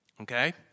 Okay